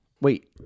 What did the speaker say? Wait